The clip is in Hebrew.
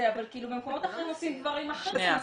אבל במקומות אחרים עושים דברים אחרים.